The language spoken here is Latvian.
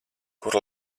kur